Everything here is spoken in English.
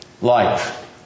life